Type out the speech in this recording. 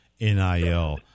nil